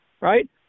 right